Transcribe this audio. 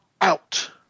out